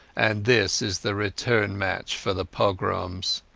and this is the return match for the pogroms.